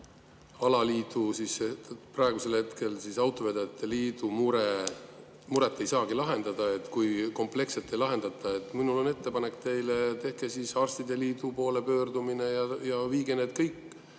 alaliidu, praegusel hetkel autovedajate liidu muret ei saagi lahendada, kui seda kompleksselt ei lahendata. Minul on ettepanek teile: tehke siis arstide liidu poole pöördumine ja viige kõik